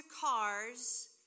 cars